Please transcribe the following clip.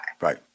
Right